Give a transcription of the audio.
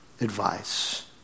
advice